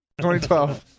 2012